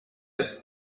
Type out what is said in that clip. ist